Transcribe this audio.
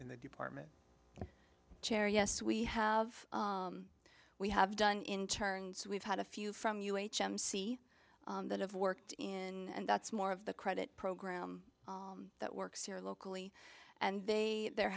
in the department chair yes we have we have done in turns we've had a few from you h m c that have worked in and that's more of the credit program that works here locally and they there